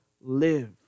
live